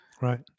Right